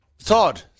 Todd